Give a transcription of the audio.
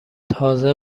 تازه